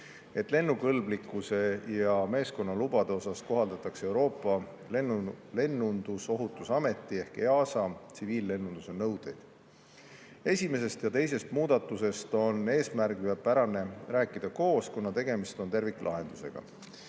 et lennukõlblikkuse ja meeskonnalubade suhtes kohaldatakse Euroopa [Liidu] Lennundusohutusameti ehk EASA tsiviillennunduse nõudeid. Esimesest ja teisest muudatusest on eesmärgipärane rääkida koos, kuna tegemist on terviklahendusega.